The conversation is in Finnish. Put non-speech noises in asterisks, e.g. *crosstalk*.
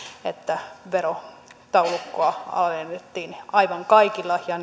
että verotaulukkoa alennettiin aivan kaikilla ja *unintelligible*